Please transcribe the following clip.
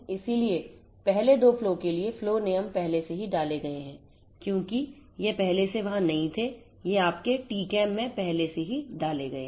इसलिए पहले दो फ्लो के लिए फ्लो नियम पहले से ही डाले गए हैं क्योंकि यह पहले से ही वहां नहीं थे यह आपके TCAM में पहले से ही डाला गया है